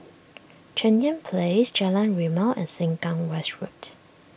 Cheng Yan Place Jalan Rimau and Sengkang West Road